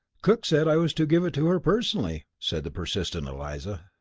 cook said i was to give it to her personally, said the persistent eliza.